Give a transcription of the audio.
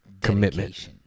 commitment